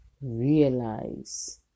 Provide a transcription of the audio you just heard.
realize